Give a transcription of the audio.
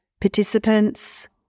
participants